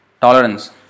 tolerance